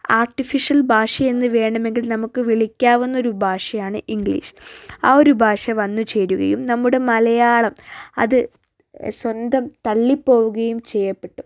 artificial ഭാഷയെന്ന് വേണമെങ്കിൽ നമുക്ക് വിളിക്കാവുന്ന ഒരു ഭാഷയാണ് ഇംഗ്ലീഷ് ആ ഒരു ഭാഷ വന്നുചേരുകയും നമ്മുടെ മലയാളം അത് സ്വന്തം തള്ളിപ്പോവുകയും ചെയ്യപ്പെട്ടു